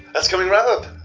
that's coming right up!